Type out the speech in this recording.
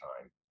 time